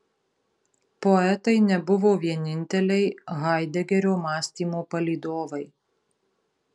poetai nebuvo vieninteliai haidegerio mąstymo palydovai